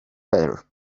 better